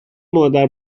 مادر